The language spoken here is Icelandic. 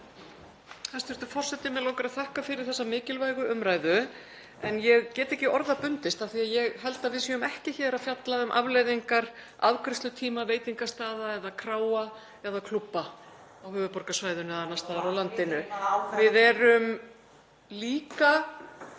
Hæstv. forseti. Mig langar að þakka fyrir þessa mikilvægu umræðu en ég get ekki orða bundist af því að ég held að við séum ekki hér að fjalla um afleiðingar afgreiðslutíma veitingastaða, kráa eða klúbba á höfuðborgarsvæðinu eða annars staðar á landinu. (Gripið fram í.)